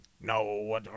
No